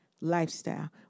lifestyle